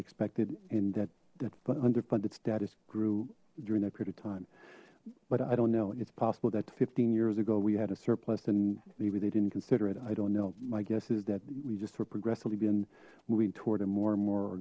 expected and that that under funded status grew during that period of time but i don't know it's possible that fifteen years ago we had a surplus and maybe they didn't consider it i don't know my guess is that we just were progressively been moving toward a more and more